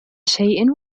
شيء